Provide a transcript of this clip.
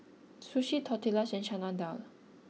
sushi tortillas and Chana Dal